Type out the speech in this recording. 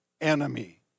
enemy